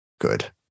good